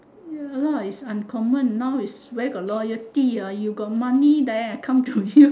ya lor is uncommon where got loyalty ah you got money then I come to you